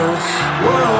whoa